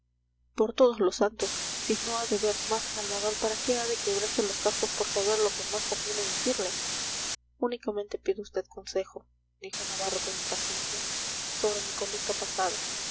por todos los santos si no ha de ver más a salvador para qué ha de quebrarse los cascos por saber lo que más conviene decirle únicamente pido a vd consejo dijo navarro con impaciencia sobre mi conducta pasada